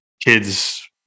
kid's